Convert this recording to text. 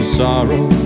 sorrow